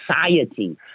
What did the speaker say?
society